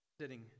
sitting